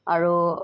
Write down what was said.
আৰু